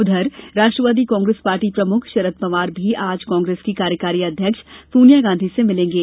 उधर राष्ट्रवादी कांग्रेस पार्टी के प्रमुख शरद पवार भी आज कांग्रेस की कार्यकारी अध्यक्ष सोनिया गांधी से मिलेंगे